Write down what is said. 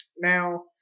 Now